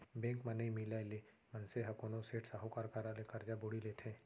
bank म नइ मिलय ले मनसे ह कोनो सेठ, साहूकार करा ले करजा बोड़ी लेथे